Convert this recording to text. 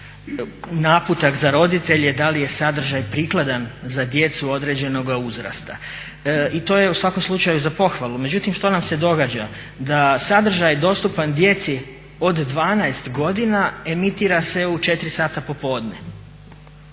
naputak za roditelje da li je sadržaj prikladan za djecu određenog uzrasta i to je u svakom slučaju za pohvalu. Međutim što nam se događa, da sadržaj dostupan djeci od 12 godina emitira se u 4 sata popodne.